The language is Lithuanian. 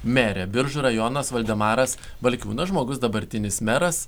merė biržų rajonas valdemaras valkiūnas žmogus dabartinis meras